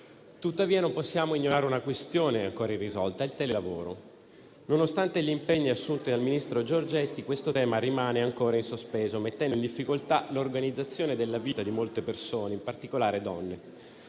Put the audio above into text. Tuttavia, non possiamo ignorare una questione ancora irrisolta: il telelavoro. Nonostante gli impegni assunti dal ministro Giorgetti, questo tema rimane ancora in sospeso, mettendo in difficoltà l'organizzazione della vita di molte persone, in particolare donne.